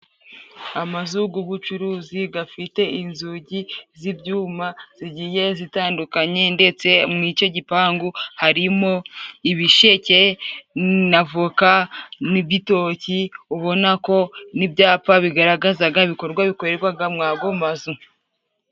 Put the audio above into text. Amazu g'ugucuruzi gafite inzugi z'ibyuma zigiye zitandukanye ndetse mu icyo gipangu harimo: ibisheke, n'avoka n'igitoki, ubona ko ni ibyapa bigaragazaga ibikorwa bikorerwaga mu ago mazu.